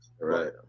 Right